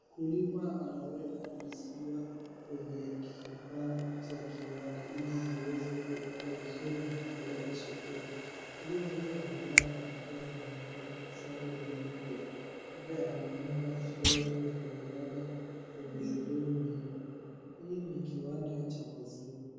Mkulima anaweka maziwa kwenye kifaa cha kiwanda ili ziweze kuwekwa vizuri na kupelekwa sokoni, mkulima huyu amevaa barakoa na amevaa sare la nyeupe huku ameinua ndoo na kuimwaga kwenye sehemu hiyo, hii ni kiwanda cha maziwa.